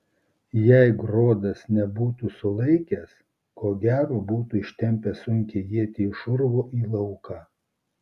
jei grodas nebūtų sulaikęs ko gero būtų ištempęs sunkią ietį iš urvo į lauką